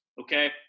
Okay